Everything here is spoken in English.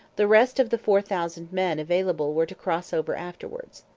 the rest of the four thousand men available were to cross over afterwards.